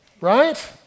Right